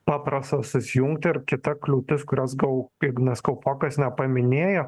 paprasta susijungti ir kita kliūtis kurios gal ignas kalpokas nepaminėjo